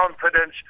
confidence